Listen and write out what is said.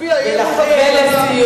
תצביע אי-אמון בממשלה.